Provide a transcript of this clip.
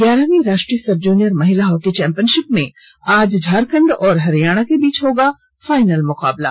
ग्यारहवीं राष्ट्रीय sub junior महिला हॉकी चैंपियनशिप में आज झारखंड और हरियाणा के बीच होगा फाइनल मुकाबला